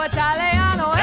Italiano